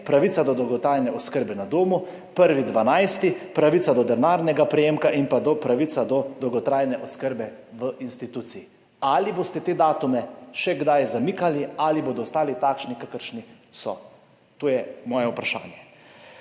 pravica do dolgotrajne oskrbe na domu, 1. 12. pravica do denarnega prejemka in pa pravica do dolgotrajne oskrbe v instituciji? Ali boste te datume še kdaj zamikali ali bodo ostali takšni, kakršni so? To je moje vprašanje.